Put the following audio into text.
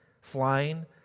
flying